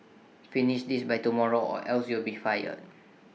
finish this by tomorrow or else you will be fired